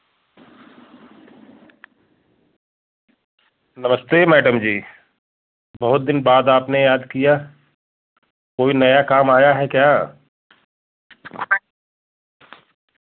नमस्ते मैडम जी बहुत दिन बाद आपने याद किया कोई नया काम आया है क्या